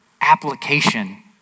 application